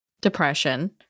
depression